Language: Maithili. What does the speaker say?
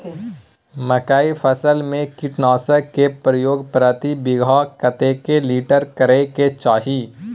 मकई फसल में कीटनासक के प्रयोग प्रति बीघा कतेक लीटर करय के चाही?